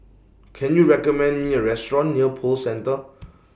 Can YOU recommend Me A Restaurant near Pearl Centre